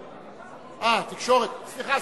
סליחה,